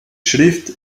schrift